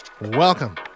Welcome